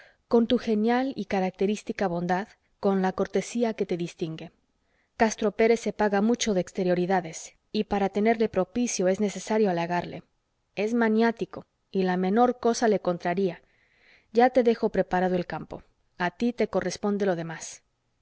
con tu genial y característica bondad con la cortesía que te distingue castro pérez se paga mucho de exterioridades y para tenerle propicio es necesario halagarle es maniático y la menor cosa le contraría ya te dejo preparado el campo a tí te corresponde lo demás